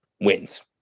wins